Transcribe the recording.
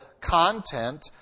content